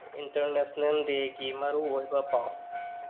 international ꯗꯦꯒꯤ ꯃꯔꯨꯑꯣꯏꯕ ꯄꯥꯎ